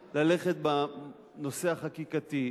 לא נכון ללכת בנושא החקיקתי,